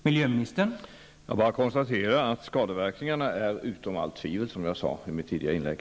Herr talman! Jag bara konstaterar att skadeverkningarna är utom allt tvivel, som jag sade i mitt tidigare inlägg.